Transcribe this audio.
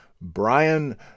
Brian